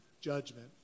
judgment